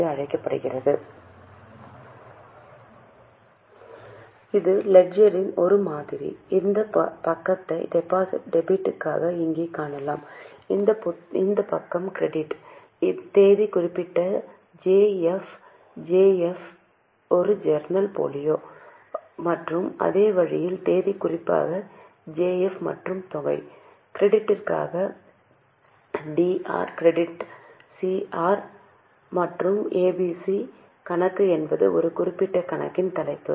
இது லெட்ஜரின் ஒரு மாதிரி இந்த பக்கத்தை டெபிட் க்காக இங்கே காணலாம் இந்த பக்கம் கிரெடிட் தேதி குறிப்பிட்ட J F J F J F J F ஒரு ஜர்னல் ஃபோலியோ மற்றும் அதே வழியில் தேதி குறிப்பாக ஜே எஃப் மற்றும் தொகை டெபிட்டிற்காக டி ஆர் கிரெடிட்டுக்கு சி ஆர் மற்றும் ஏபிசி கணக்கு என்பது ஒரு குறிப்பிட்ட கணக்கின் தலைப்பு